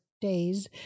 days